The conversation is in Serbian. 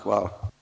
Hvala.